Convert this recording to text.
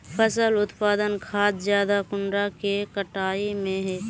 फसल उत्पादन खाद ज्यादा कुंडा के कटाई में है?